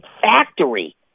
Factory